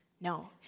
No